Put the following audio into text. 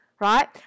right